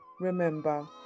remember